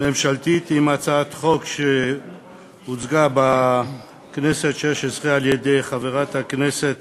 ממשלתית עם הצעת חוק שהובילה בכנסת התשע-עשרה חברת הכנסת